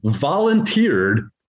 volunteered